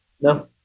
No